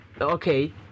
Okay